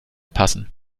passen